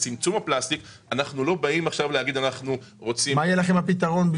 אנחנו לא באים --- מה יהיה הפתרון?